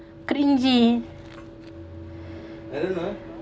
cringy